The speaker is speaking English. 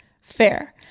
Fair